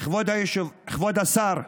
כבוד השר,